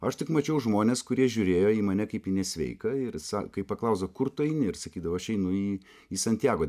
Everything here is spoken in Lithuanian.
aš tik mačiau žmones kurie žiūrėjo į mane kaip į nesveiką ir kai paklausdavo kur tu eini ir sakydavau aš einu į į santjago